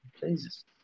Jesus